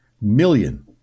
million